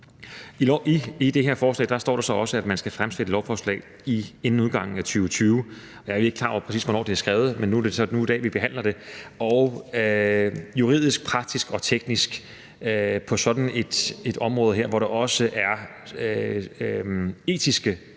I det her forslag står der så også, at man skal fremsætte et lovforslag inden udgangen af 2020. Jeg er ikke klar over, præcis hvornår forslaget er skrevet, men nu er det så i dag, vi behandler det, og juridisk, praktisk og teknisk kan vi altså ikke på sådan et område her, hvor der også er etiske